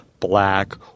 Black